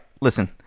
Listen